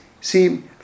see